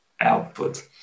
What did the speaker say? output